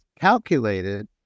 calculated